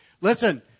Listen